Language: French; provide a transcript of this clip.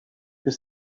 que